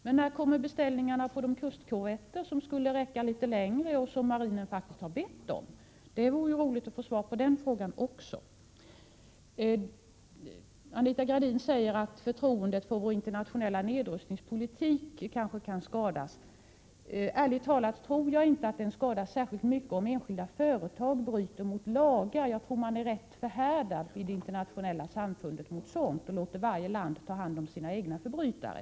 Men när kommer beställningarna på de kustkorvetter som skulle räcka litet längre och som marinen faktiskt har bett om? Det skulle vara bra att få svar också på den frågan. Anita Gradin säger att förtroendet för vår internationella nedrustningspolitik kanske kan skadas. Ärligt talat tror jag inte att det skadas särskilt mycket om enskilda företag bryter mot lagar. Jag tror att man i det internationella samfundet är rätt förhärdade inför sådant och låter varje land ta hand om sina egna förbrytare.